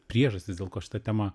priežastis dėl ko šitą temą